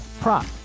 prop